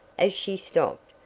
as she stopped,